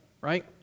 right